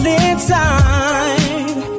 inside